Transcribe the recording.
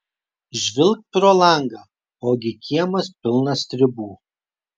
žvilgt pro langą ogi kiemas pilnas stribų